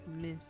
Miss